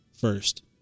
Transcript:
first